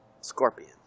scorpion